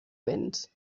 béns